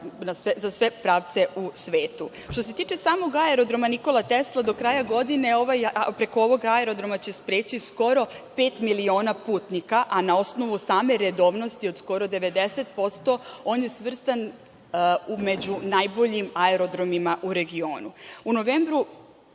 za sve pravce u svetu. Što se tiče samog Aerodroma „Nikola Tesla“, do kraja godine preko ovog aerodroma će preći preko pet miliona putnika, a na osnovu same redovnosti od skoro 90% on je svrstan među najboljim aerodroma u regionu.U